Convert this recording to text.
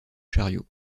chariot